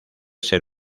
ser